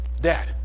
Dad